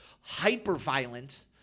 hyper-violent